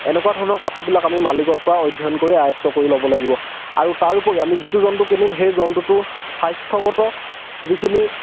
এনেকুৱা ধৰণৰ কথাবিলাক আমি মালিকৰ পৰা অধ্যয়ন কৰি আয়ত্ব কৰি ল'ব লাগিব আৰু তাৰোপৰি আমি যিটো জন্তু কিনিম সেই জন্তুটোৰ স্বাস্থ্যগত যিখিনি